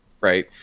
Right